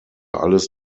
alles